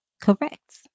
Correct